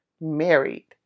married